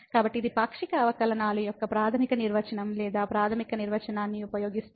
కాబట్టి ఇది పాక్షిక అవకలనాలు యొక్క ప్రాథమిక నిర్వచనం లేదా ప్రాథమిక నిర్వచనాన్ని ఉపయోగిస్తోంది